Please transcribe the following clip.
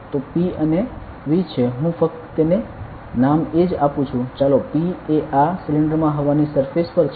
તો P અને V છે હું ફક્ત તેને નામ એ જ આપુ છું ચાલો P એ આ સિલિન્ડરમા હવાની સરફેસ પર છે